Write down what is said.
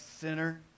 sinner